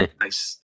nice